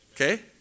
Okay